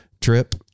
trip